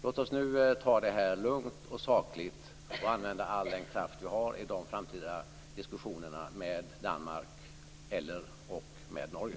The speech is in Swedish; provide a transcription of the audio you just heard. Låt oss nu ta det lugnt och sakligt och använda all den kraft vi har i de framtida diskussionerna med Danmark och/eller med Norge.